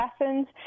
lessons